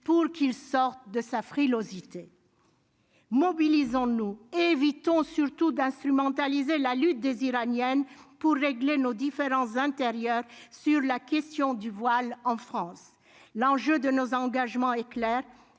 pour qu'il sorte de sa frilosité. Mobilisons nous évitons surtout d'instrumentaliser la lutte des Iraniennes pour régler nos différends intérieur sur la question du voile en France, l'enjeu de nos engagements et la